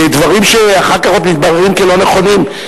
דברים שאחר כך עוד מתבררים כלא נכונים.